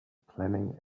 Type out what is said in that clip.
planning